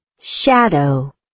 shadow